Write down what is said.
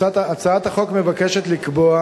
הצעת החוק מבקשת לקבוע